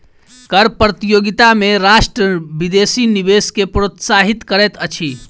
कर प्रतियोगिता में राष्ट्र विदेशी निवेश के प्रोत्साहित करैत अछि